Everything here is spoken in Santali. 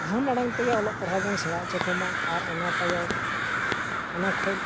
ᱡᱟᱱᱟᱢ ᱟᱲᱟᱝᱛᱮᱜᱮ ᱚᱞᱚᱜ ᱯᱟᱲᱦᱟᱣᱵᱚᱱ ᱥᱮᱬᱟ ᱚᱪᱚᱠᱚᱢᱟ ᱟᱨ ᱚᱱᱟ ᱛᱟᱭᱚᱢ ᱚᱱᱟᱠᱷᱚᱱ